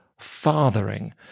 fathering